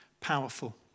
powerful